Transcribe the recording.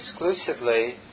exclusively